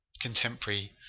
contemporary